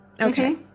Okay